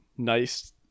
nice